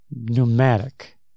pneumatic